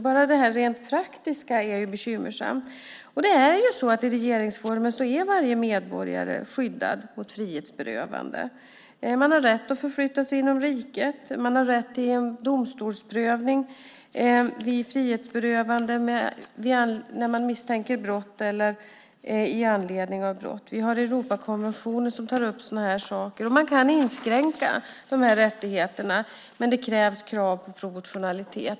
Bara det rent praktiska är bekymmersamt. I regeringsformen är varje medborgare skyddad mot frihetsberövande. Man har rätt att förflytta sig inom riket. Man har rätt till domstolsprövning vid frihetsberövande när man misstänks för brott eller i anledning av brott. Vi har Europakonventioner som tar upp sådana här saker. Det går att inskränka de här rättigheterna, men det ställs krav på proportionalitet.